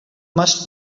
must